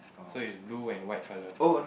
so it's blue and white colour